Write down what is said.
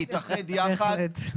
להתאחד יחד.